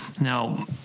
Now